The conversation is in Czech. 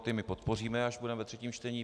Ty my podpoříme, až budeme ve třetím čtení.